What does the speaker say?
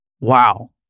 wow